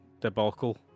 debacle